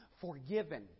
forgiven